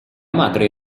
madre